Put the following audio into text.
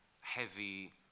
heavy